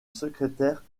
secrétaire